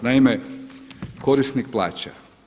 Naime, korisnik plaća.